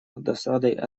досадой